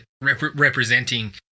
representing